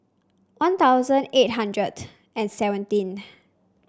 One Thousand One Hundred and eighty seventh